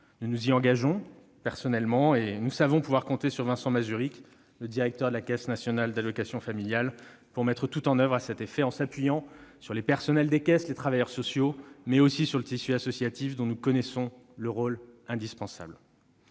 cas. Je m'y engage personnellement et je sais pouvoir compter sur Vincent Mazauric, le directeur de la Caisse nationale d'allocations familiales, pour mettre tout en oeuvre à cet effet, en s'appuyant tant sur le personnel des caisses et les travailleurs sociaux que sur le tissu associatif, dont nous connaissons le rôle indispensable.